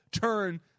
turn